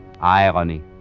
irony